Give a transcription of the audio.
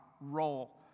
role